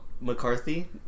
McCarthy